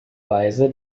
weise